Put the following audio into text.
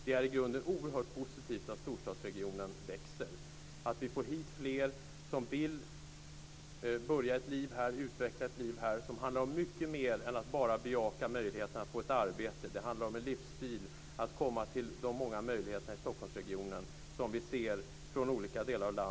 Det är i grunden oerhört positivt att storstadsregionen växer, att vi får hit fler som vill utveckla en tillvaro här som handlar om mycket mer än att bara bejaka möjligheterna att få ett arbete. Det är en livsstil att kunna ta del av de många möjligheterna i Stockholmsregionen.